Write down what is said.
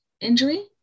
injury